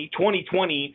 2020